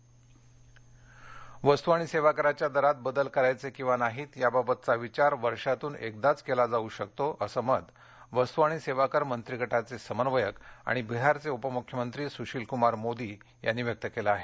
वस्त आणि सेवा कर वस्तू आणि सेवा कराच्या दरात बदल करायचे किंवा नाहीत याबाबतचा विचार वर्षातून एकदाच केला जाऊ शकतो असं मत वस्तु आणि सेवाकर मंत्रीगटाचे समन्वयक आणि बिहारचे उपमुख्यमंत्री सुशीलकुमार मोदी यांनी व्यक्त केलं आहे